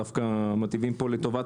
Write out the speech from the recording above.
דווקא הם מיטיבים עם הצרכן.